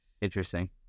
interesting